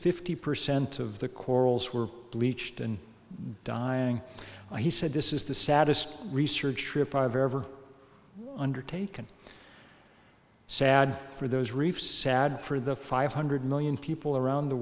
fifty percent of the corals were bleached and dying he said this is the saddest research trip i've ever undertaken sad for those reefs sad for the five hundred million people around the